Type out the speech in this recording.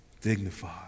dignified